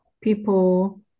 people